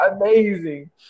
amazing